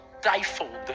stifled